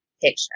picture